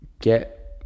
Get